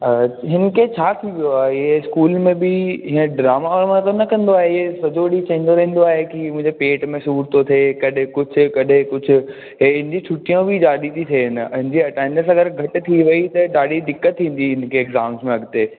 हिन खे छा थी वियो आहे इहे स्कूल में बि हीअं ड्रामा वामा त न कंदो आहे इहे सॼो ॾींहुं चईंदो रहींदो आहे की मुंहिंजे पेट में सूर थो थिए कॾहिं कुझु कॾहिं कुझु इहे इन जी छुटियूं बि ॾाढी थी थियनि ऐं जीअं अटैंडंस वग़ैरह घटि थी वई त ॾाढी दिक़त थींदी हिन खे एग्ज़ाम्स में अॻिते